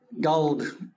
gold